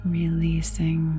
releasing